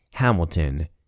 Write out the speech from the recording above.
Hamilton